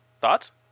thoughts